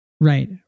right